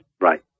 Right